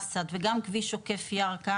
גם בית ג'ן-עין אל אסד וגם כביש עוקף ירכא,